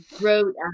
wrote